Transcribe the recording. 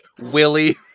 Willie